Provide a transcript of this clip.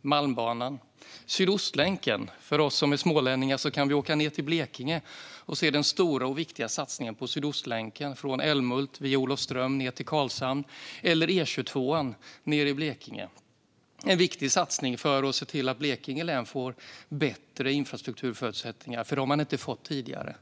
Malmbanan och Sydostlänken, för oss som är smålänningar. Vi kan åka ned till Blekinge och se den stora och viktiga satsningen på Sydostlänken, från Älmhult via Olofström ned till Karlshamn, eller E22:an nere i Blekinge. Det är en viktig satsning för att se till att Blekinge län får bättre infrastrukturförutsättningar, för detta har man inte fått tidigare.